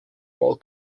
while